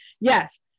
yes